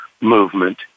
movement